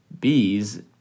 bees